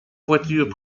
voitures